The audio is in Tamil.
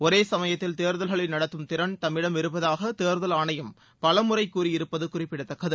ஒரே சமயத்தில் தேர்தல்களை நடத்தும் திறன் தம்மிடம் இருப்பதாக தேர்தல் ஆணையம் பல முறை கூறியிருப்பது குறிப்பிடத்தக்கது